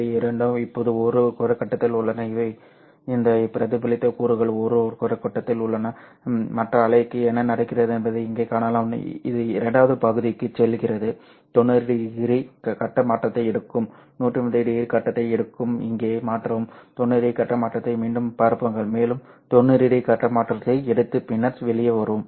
இவை இரண்டும் இப்போது ஒருவருக்கொருவர் கட்டத்தில் உள்ளன இந்த பிரதிபலித்த கூறுகள் ஒருவருக்கொருவர் கட்டத்தில் உள்ளன மற்ற அலைக்கு என்ன நடக்கிறது என்பதை இங்கே காணலாம் இது இரண்டாவது பகுதிக்குச் செல்கிறது 90 டிகிரி கட்ட மாற்றத்தை எடுக்கும் 180 டிகிரி கட்டத்தை எடுக்கும் இங்கே மாற்றவும் 90 டிகிரி கட்ட மாற்றத்தை மீண்டும் பரப்புங்கள் மேலும் 90 டிகிரி கட்ட மாற்றத்தை எடுத்து பின்னர் வெளியே வரும்